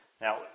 Now